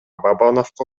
бабановго